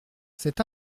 cet